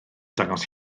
dangos